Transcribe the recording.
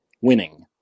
winning